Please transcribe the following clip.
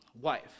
wife